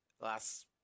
Last